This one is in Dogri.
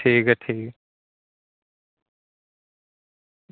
ठीक ऐ ठीक